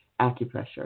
acupressure